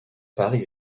paris